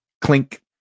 clink